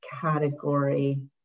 category